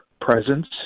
presence